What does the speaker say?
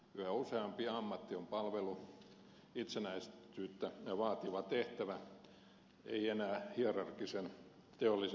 yhä useampi ammatti on itsenäisyyttä vaativa tehtävä ei enää hierarkkisen teollisen elämän työ